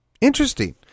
Interesting